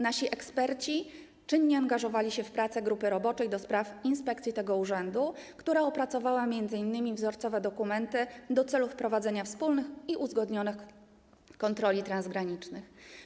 Nasi eksperci czynnie angażowali się w pracę grupy roboczej do spraw inspekcji tego urzędu, która opracowała m.in. wzorcowe dokumenty do celów wprowadzenia wspólnych i uzgodnionych kontroli transgranicznych.